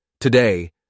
Today